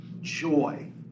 joy